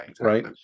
right